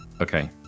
Okay